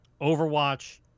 Overwatch